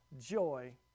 joy